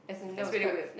that's really weird